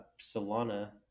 Solana